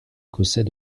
écossais